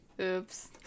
Oops